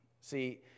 See